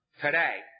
today